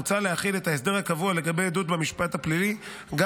מוצע להחיל את ההסדר הקבוע לגבי עדות במשפט פלילי גם